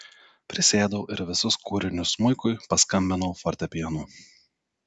prisėdau ir visus kūrinius smuikui paskambinau fortepijonu